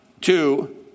two